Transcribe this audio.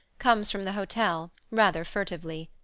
comes from the hotel, rather furtively.